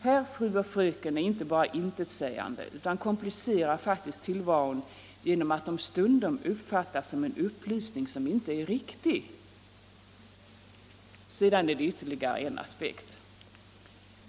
Herr, fru och fröken är inte bara intetsägande utan komplicerar faktiskt tillvaron genom att de stundom uppfattas som en upplysning, som inte är riktig. Sedan finns det ytterligare en aspekt.